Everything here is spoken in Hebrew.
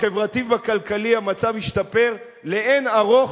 בחברתי ובכלכלי המצב השתפר לאין-ערוך